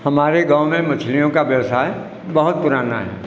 हमारे गाँव में मछलियों का व्यवसाय बहुत पुराना है